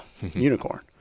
unicorn